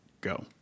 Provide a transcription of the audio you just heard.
Go